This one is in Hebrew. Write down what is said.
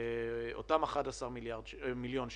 אותם 11 מיליון שקלים,